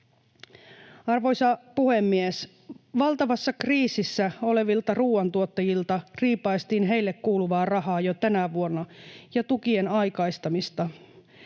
Arvoisa puhemies! Valtavassa kriisissä olevilta ruuantuottajilta riipaistiin heille kuuluvaa rahaa jo tänä vuonna, ja tukien aikaistamista